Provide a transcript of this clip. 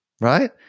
right